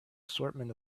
assortment